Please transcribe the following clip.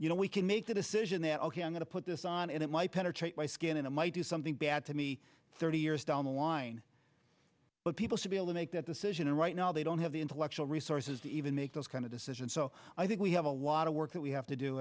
you know we can make the decision that ok i'm going to put this on and it might penetrate my skin and it might do something bad to me thirty years down the line but people should be able to make that decision and right now they don't have the intellectual resources even make those kind of decisions so i think we have a lot of work that we have to do